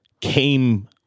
came